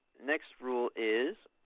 next rule is